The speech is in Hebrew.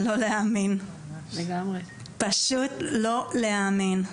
לא להאמין, פשוט לא להאמין.